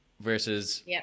Versus